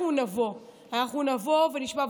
אנחנו נבוא, אנחנו נבוא ונשמע.